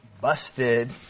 busted